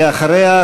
ואחריה,